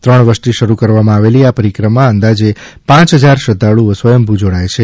ત્રણ વર્ષથી શરૃ કરવામાં આવેલી આ પરિક્રમામાં અંદાજે પાંચ હજાર શ્રદ્ધાળુઓ સ્વયંભૂ જોડાય છે